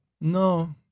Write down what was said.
No